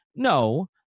No